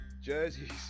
jerseys